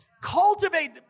Cultivate